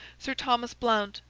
sir thomas blount,